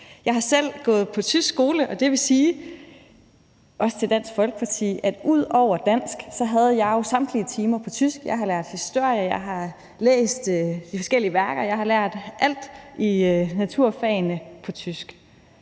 Jeg har selv gået på tysk skole, og det vil sige – også til Dansk Folkeparti – at ud over dansk havde jeg jo samtlige timer på tysk. Jeg har lært historie, jeg har læst de forskellige værker, jeg har lært alt i naturfagene på tysk.